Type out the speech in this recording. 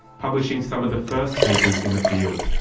publishing some of the first papers in the field.